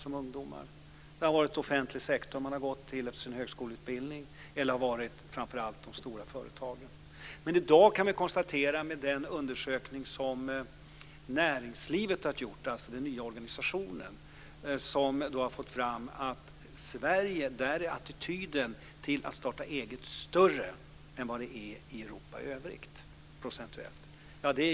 De har gått till offentlig sektor efter sin högskoleutbildning eller framför allt till de stora företagen. I dag kan vi dock enligt den undersökning som den nya organisationen Svenskt Näringsliv gjort konstatera att attityden till att starta eget procentuellt sett är mer positiv i Sverige än i Europa i övrigt.